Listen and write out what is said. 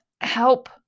help